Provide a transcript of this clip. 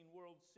World